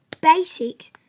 Basics